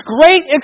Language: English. great